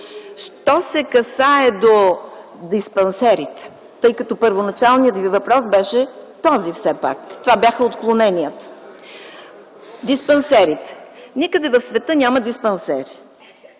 Що се касае до диспансерите, тъй като първоначалният ви въпрос все пак беше този, това бяха отклоненията. Диспансерите – никъде в света няма диспансери.